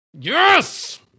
Yes